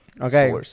Okay